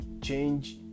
change